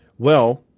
well,